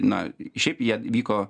na šiaip jie vyko